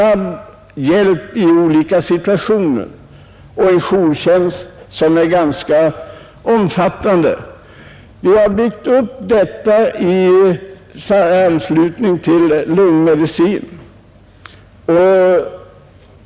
Den hjälpen måste kunna ges snabbt varför det krävs ständig jourtjänst.